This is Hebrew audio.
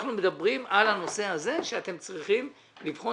אנחנו מדברים על הנושא הזה שאתם צריכים לבחון